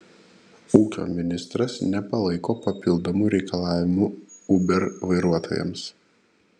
ūkio ministras nepalaiko papildomų reikalavimų uber vairuotojams